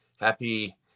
Happy